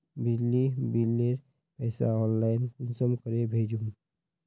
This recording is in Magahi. बिजली बिलेर पैसा ऑनलाइन कुंसम करे भेजुम?